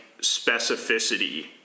specificity